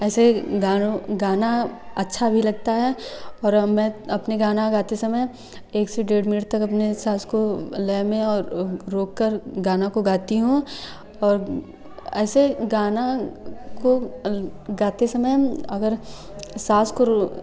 ऐसे गानों गाना अच्छा भी लगता है और हमें अपना गाना गाते समय एक से डेढ़ मिनट तक अपने साँस को लय में और रोक कर गाने को गाती हूँ और ऐसे गाने को गाते समय अगर साँस को रो